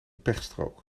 pechstrook